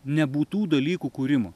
nebūtų dalykų kūrimo